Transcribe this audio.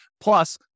Plus